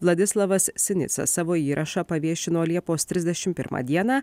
vladislavas sinica savo įrašą paviešino liepos trisdešimt pirmą dieną